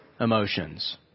emotions